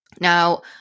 Now